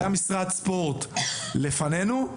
היה משרד ספורט לפנינו,